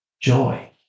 joy